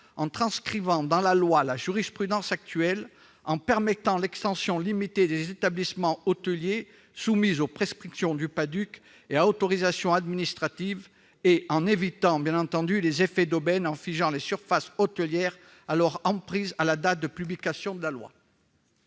en transcrivant dans la loi la jurisprudence actuelle, c'est-à-dire en permettant l'extension limitée des établissements hôteliers, cette possibilité étant soumise aux prescriptions du PADDUC et à autorisation administrative, tout en évitant les effets d'aubaine en figeant les surfaces hôtelières à leurs emprises à la date de publication de la loi.